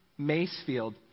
Macefield